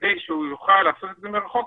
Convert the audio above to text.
כדי שהוא יוכל לעשות את זה מרחוק,